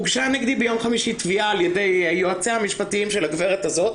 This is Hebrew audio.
הוגשה נגדי ביום חמישי תביעה על ידי יועציה המשפטיים של הגברת הזאת.